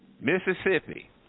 Mississippi